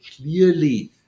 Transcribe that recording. clearly